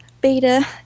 beta